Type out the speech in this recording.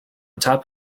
top